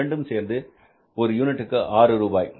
இரண்டும் சேர்ந்து ஒரு யூனிட்டுக்கு 6 ரூபாய்